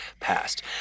passed